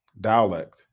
dialect